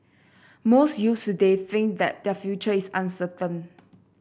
most youths today think that their future is uncertain